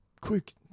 quick